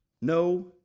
No